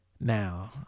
Now